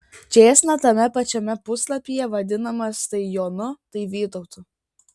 čėsna tame pačiame puslapyje vadinamas tai jonu tai vytautu